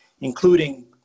including